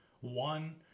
One